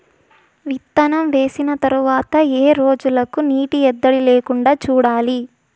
విత్తనం వేసిన తర్వాత ఏ రోజులకు నీటి ఎద్దడి లేకుండా చూడాలి?